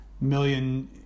million